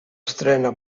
estrena